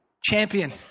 champion